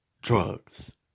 drugs